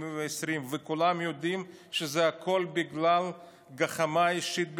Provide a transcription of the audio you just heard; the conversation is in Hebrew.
וכולם יודעים שהכול בגלל גחמה אישית,